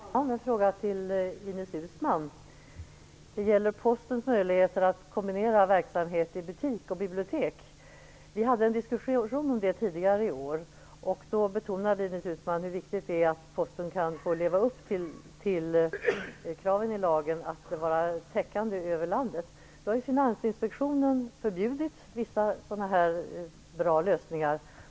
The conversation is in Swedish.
Fru talman! Jag har en fråga till Ines Uusmann. Det gäller Postens möjligheter att kombinera verksamhet i butik och bibliotek. Vi hade en diskussion om detta tidigare i år, och då betonade Ines Uusmann hur viktigt det är att Posten kan leva upp till kraven i lagen att verksamheten är täckande över landet. Nu har Finansinspektionen förbjudit vissa bra lösningar.